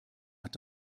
hat